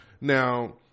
Now